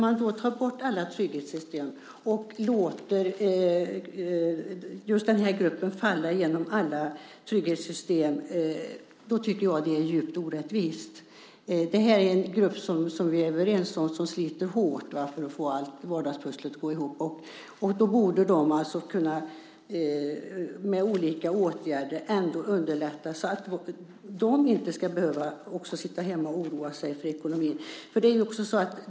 Att låta denna grupp falla igenom alla trygghetssystem är djupt orättvist. Det är en grupp som vi är överens om sliter hårt för att få vardagspusslet att gå ihop. Då borde olika åtgärder ändå underlätta så att de inte ska behöva sitta hemma och oroa sig för ekonomin.